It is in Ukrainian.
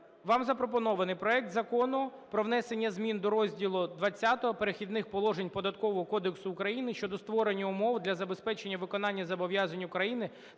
Вам запропонований проект Закону про внесення змін до розділу ХХ "Перехідні положення" Податкового кодексу України щодо створення умов для забезпечення виконання зобов'язань України